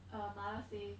uh mother say